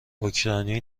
اوکراینی